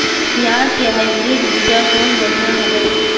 पियाज के हाईब्रिड बीजा कौन बढ़िया हवय?